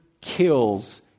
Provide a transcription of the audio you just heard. kills